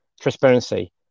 Transparency